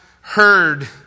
heard